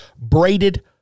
braided